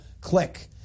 Click